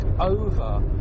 over